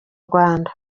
rwanda